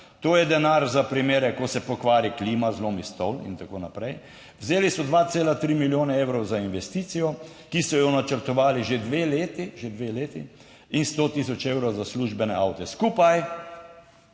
to je denar za primere, ko se pokvari klima, zlomi stol in tako naprej. Vzeli so 2,3 milijone evrov za investicijo, ki so jo načrtovali že dve leti, že dve leti in 100 tisoč evrov za službene avte, skupaj